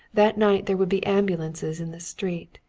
that night there would be ambulances in the street,